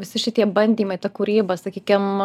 visi šitie bandymai ta kūryba sakykim